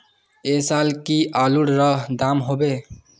ऐ साल की आलूर र दाम होबे?